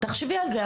תחשבי על זה,